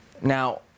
Now